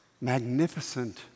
magnificent